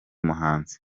muhanzi